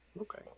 Okay